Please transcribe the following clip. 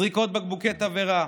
זריקות בקבוקי תבערה,